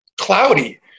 cloudy